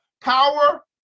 power